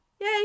yay